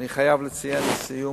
אני חייב לציין לסיום